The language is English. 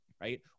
Right